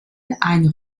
ein